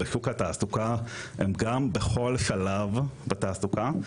בשוק התעסוקה הם גם בכל שלב בתעסוקה.